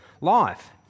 life